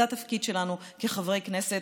זה התפקיד שלנו כחברי כנסת,